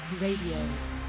Radio